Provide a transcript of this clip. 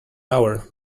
hour